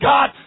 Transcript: God